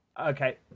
Okay